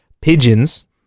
pigeons